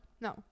No